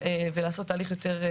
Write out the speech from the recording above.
ולעשות הליך מהיר יותר,